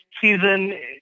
season